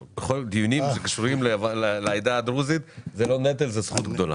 דיונים שקשורים לעדה הדרוזית הם לא נטל אלא זאת זכות גדולה.